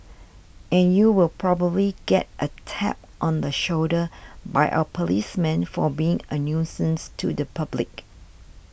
and you will probably get a tap on the shoulder by our policemen for being a nuisance to the public